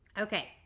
okay